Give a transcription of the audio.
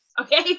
okay